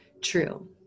true